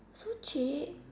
so cheap